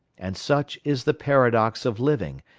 and such is the paradox of living,